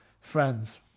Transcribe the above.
friends